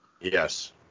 Yes